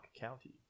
County